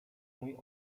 mój